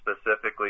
specifically